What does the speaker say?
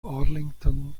arlington